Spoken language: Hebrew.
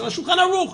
של שולחן ערוך.